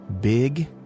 big